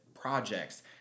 projects